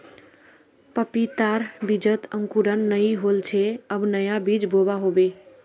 पपीतार बीजत अंकुरण नइ होल छे अब नया बीज बोवा होबे